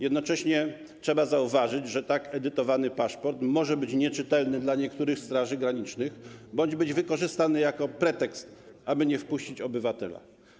Jednocześnie trzeba zauważyć, że tak edytowany paszport może być nieczytelny dla niektórych straży granicznych bądź być wykorzystany jako pretekst, aby nie wpuścić obywatela.